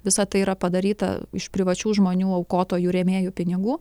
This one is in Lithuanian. visa tai yra padaryta iš privačių žmonių aukotojų rėmėjų pinigų